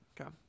Okay